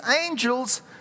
angels